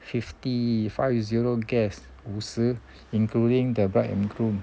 fifty five zero guests 五十 including the bride and groom